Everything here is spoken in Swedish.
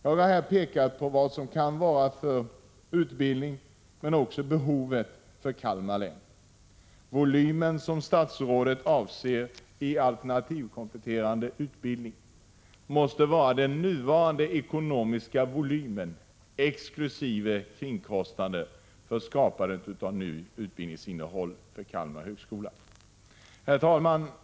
Jag har här pekat på vad det kan vara fråga om för utbildning, men också på behovet för Kalmar län. Den volym som statsrådet avser för alternativkompletterande utbildning måste vara den nuvarande ekonomiska volymen, exkl. kringkostnader för skapande av nytt utbildningsinnehåll för Kalmar högskola. Herr talman!